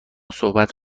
صحبت